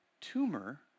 tumor